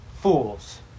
fools